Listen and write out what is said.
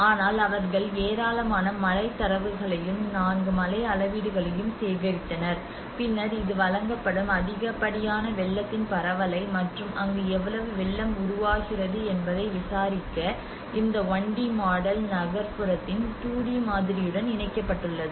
ஆனால் அவர்கள் ஏராளமான மழைத் தரவுகளையும் 4 மழை அளவீடுகளையும் சேகரித்தனர் பின்னர் இது வழங்கப்படும் அதிகப்படியான வெள்ளத்தின் பரவலை மற்றும் அங்கு எவ்வளவு வெள்ளம் உருவாகிறது என்பதை விசாரிக்க இந்த 1 டி மாடல் நகர்ப்புறத்தின் 2 டி மாதிரியுடன் இணைக்கப்பட்டுள்ளது